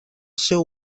seu